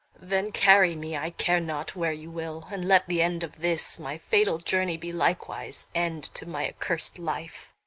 then carry me, i care not, where you will, and let the end of this my fatal journey be likewise end to my accursed life.